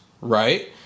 right